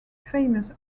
famous